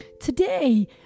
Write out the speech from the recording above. Today